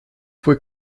fue